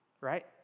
right